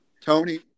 Tony